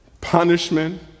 punishment